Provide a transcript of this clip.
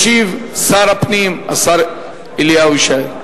ישיב שר הפנים, השר אליהו ישי.